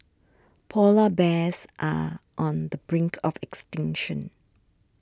Polar Bears are on the brink of extinction